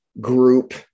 group